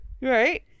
Right